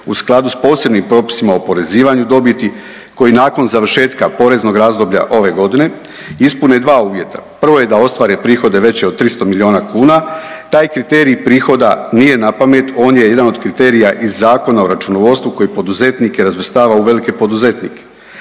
u skladu s posebnim propisima o oporezivanju dobiti koji nakon završetka poreznog razdoblja ove godine ispune dva uvjeta. Prvo je da ostvare prihode veće od 300 milijuna kuna. Taj kriterij prihoda nije na pamet. On je jedan od kriterija iz Zakona o računovodstvu koji poduzetnike razvrstava u velike poduzetnike.